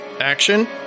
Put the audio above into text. action